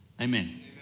Amen